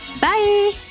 bye